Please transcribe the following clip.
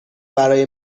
برای